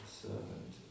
servant